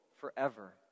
forever